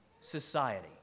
society